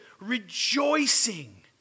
rejoicing